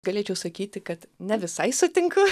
galėčiau sakyti kad nevisai sutinku